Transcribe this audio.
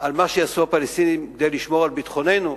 על מה שיעשו הפלסטינים כדי לשמור על ביטחוננו,